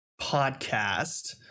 podcast